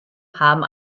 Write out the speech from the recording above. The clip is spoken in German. haben